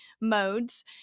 modes